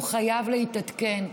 הוא חייב להתעדכן.